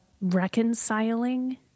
reconciling